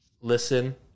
listen